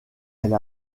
elle